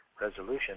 resolution